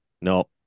No